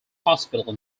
hospital